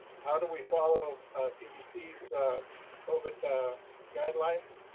how do we follow cdc's covid guidelines?